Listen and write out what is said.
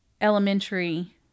elementary